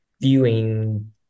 viewing